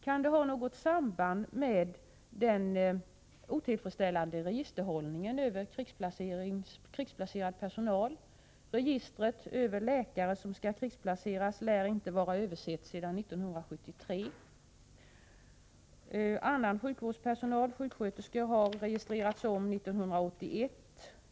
Kan det ha något samband med den otillfredsställande registerhållningen över krigsplacerad personal? Registret över läkare som skall krigsplaceras lär inte vara översett sedan 1973. Annan sjukvårdspersonal — sjuksköterskor — har registrerats om 1981.